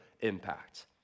impact